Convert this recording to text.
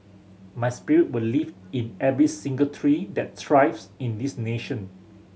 my spirit will live in every single tree that thrives in this nation